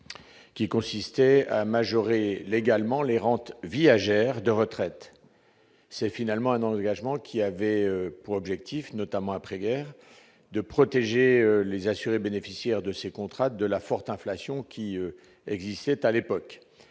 qui consistait à majorer légalement les rentes AGR de retraite, c'est finalement un engagement qui avait pour objectif notamment après guerre, de protéger les assurés bénéficiaires de ces contrats de la forte inflation qui existait à l'époque,